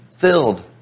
filled